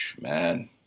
man